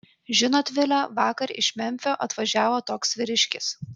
žinot vile vakar iš memfio atvažiavo toks vyriškis